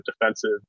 defensive